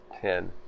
ten